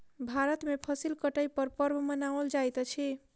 भारत में फसिल कटै पर पर्व मनाओल जाइत अछि